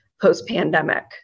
post-pandemic